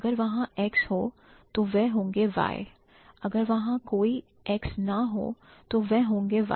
अगर वहां X हो तो वह होंगे Y अगर वहां कोई X ना हो तो वह होंगे Y